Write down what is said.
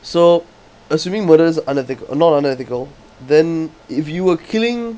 so assuming murder is unethical not unethical then if you were killing